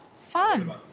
fun